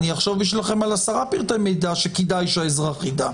אשלח לכם על עשרה פרטי מידע שכדאי שהאזרח יידע.